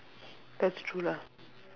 that's true lah